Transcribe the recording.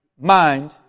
mind